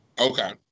Okay